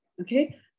Okay